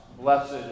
blessed